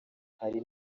hari